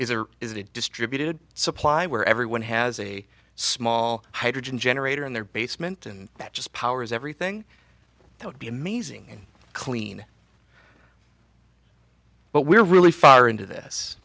or isn't a distributed supply where everyone has a small hydrogen generator in their basement and that just powers everything that would be amazing clean but we're really far into this